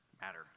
matter